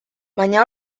baina